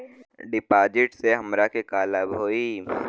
डिपाजिटसे हमरा के का लाभ होई?